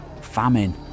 famine